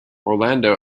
orlando